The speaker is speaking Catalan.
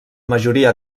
majoria